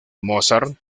mozart